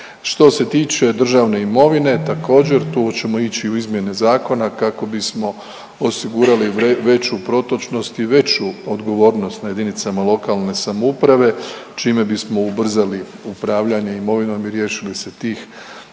Što se tiče državne imovine također tu ćemo ići u izmjene zakona kako bismo osigurali veću protočnost i veću odgovornost na JLS čime bismo ubrzali upravljanje imovinom i riješili se tih